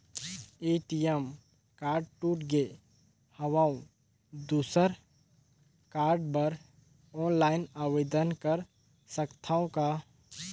ATM card टूट गे हववं दुसर कारड बर ऑनलाइन आवेदन कर सकथव का?